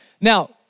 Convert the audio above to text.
Now